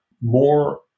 more